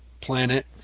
planet